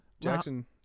Jackson